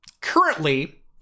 Currently